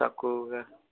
తక్కువగా